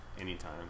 anytime